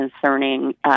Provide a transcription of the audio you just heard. concerning